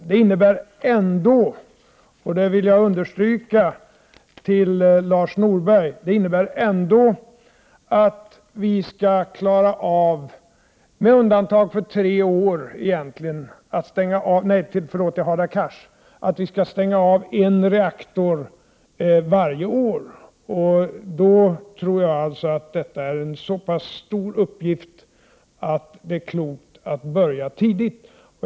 Det innebär ändå, och det vill jag understryka för Hadar Cars, att vi med undantag för tre år skall klara av att stänga av en reaktor varje år. Detta är en så pass stor uppgift att jag tror att det är klokt att börja tidigt.